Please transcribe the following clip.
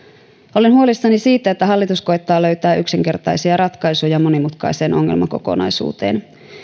olen huolissani siitä että hallitus koettaa löytää yksinkertaisia ratkaisuja monimutkaiseen ongelmakokonaisuuteen